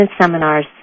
seminars